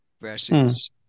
versus